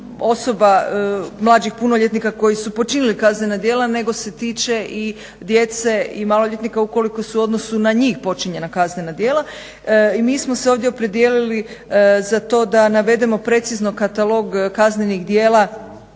osoba mlađih punoljetnika koji su počinili kaznena djela nego se tiče i djece i maloljetnika ukoliko su u odnosu na njih počinjena kaznena djela. I mi smo se ovdje opredijelili za to da navedemo precizno katalog kaznenih djela